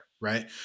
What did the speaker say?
right